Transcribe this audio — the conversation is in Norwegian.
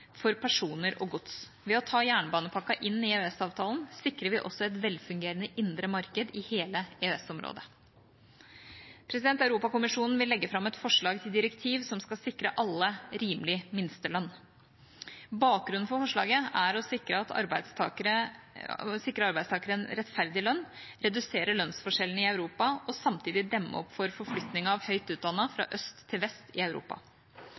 for personer og gods. Ved å ta jernbanepakken inn i EØS-avtalen sikrer vi også et velfungerende indre marked i hele EØS-området. Europakommisjonen vil legge fram et forslag til direktiv som skal sikre alle en rimelig minstelønn. Bakgrunnen for forslaget er å sikre alle arbeidstakere en rettferdig lønn, redusere lønnsforskjellene i Europa og samtidig demme opp for forflytningen av høyt utdannede fra øst til vest i Europa.